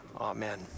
Amen